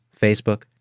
Facebook